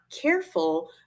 careful